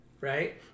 right